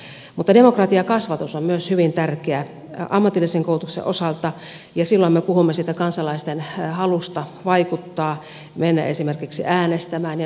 mutta demokratiakasvatus on myös hyvin tärkeää ammatillisen koulutuksen osalta ja silloin me puhumme kansalaisten halusta vaikuttaa mennä esimerkiksi äänestämään